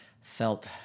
felt